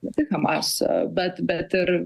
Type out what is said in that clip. ne tik hamas bet bet ir